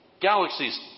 galaxies